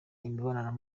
imibonano